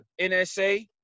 NSA